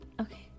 Okay